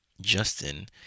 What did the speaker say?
Justin